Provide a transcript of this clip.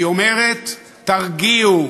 היא אומרת: תרגיעו,